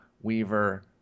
Weaver